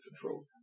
control